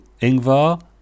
Ingvar